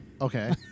okay